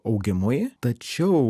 augimui tačiau